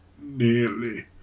nearly